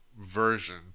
version